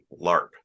LARP